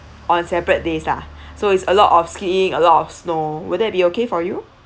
on separate days lah so it's a lot of skiing a lot of snow will that be okay for you